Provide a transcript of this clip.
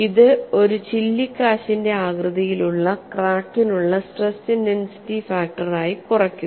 ഇത് ഒരു ചില്ലിക്കാശിന്റെ ആകൃതിയിലുള്ള ക്രാക്കിനുള്ള സ്ട്രെസ് ഇന്റെൻസിറ്റി ഫാക്ടർ ആയി കുറയ്ക്കുന്നു